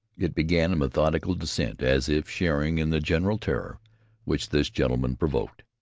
it began a methodical descent as if sharing in the general terror which this gentleman provoked.